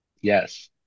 Yes